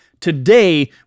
Today